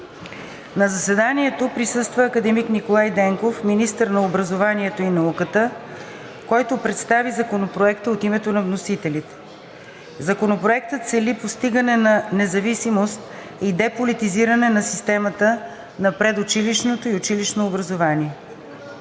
На заседанието присъства академик Николай Денков – министър на образованието и науката, който представи Законопроекта от името на вносителите. Законопроектът цели постигане на независимост и деполитизиране на системата на предучилищното и училищното образование.